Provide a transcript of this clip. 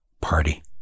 party